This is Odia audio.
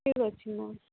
ଠିକ୍ ଅଛି ମ୍ୟାମ୍